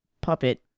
puppet